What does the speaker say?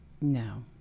No